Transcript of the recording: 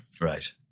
Right